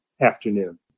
afternoon